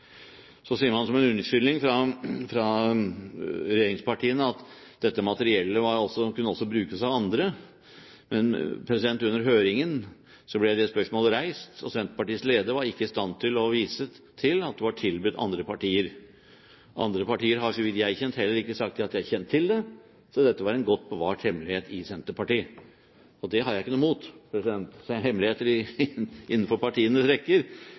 Så sier man som en unnskyldning fra regjeringspartiene at dette materiellet kunne også brukes av andre. Men under høringen ble det spørsmålet reist, og Senterpartiets leder var ikke i stand til å vise til at det var tilbudt andre partier. Andre partier har, så vidt jeg kjenner til, heller ikke sagt at de har kjent til det, så dette var en godt bevart hemmelighet i Senterpartiet. Det har jeg ikke noe imot – hemmeligheter innenfor